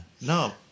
no